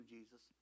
Jesus